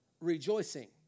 rejoicing